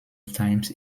times